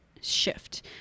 shift